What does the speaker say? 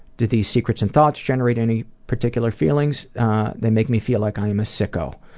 do these secrets and thoughts generate any particular feelings they make me feel like i'm a sicko.